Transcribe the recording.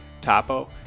topo